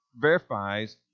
verifies